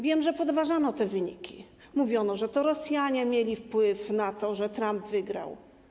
Wiem, że podważano te wyniki, mówiono, że to Rosjanie mieli wpływ na to, że Trump wygrał.